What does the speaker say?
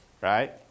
Right